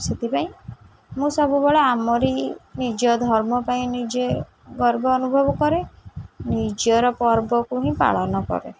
ସେଥିପାଇଁ ମୁଁ ସବୁବେଳେ ଆମରି ନିଜ ଧର୍ମ ପାଇଁ ନିଜେ ଗର୍ବ ଅନୁଭବ କରେ ନିଜର ପର୍ବକୁ ହିଁ ପାଳନ କରେ